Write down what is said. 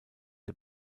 der